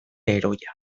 heroia